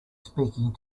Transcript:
speaking